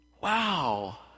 Wow